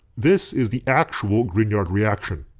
this is the actual grignard reaction.